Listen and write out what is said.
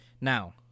Now